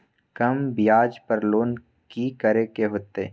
कम ब्याज पर लोन की करे के होतई?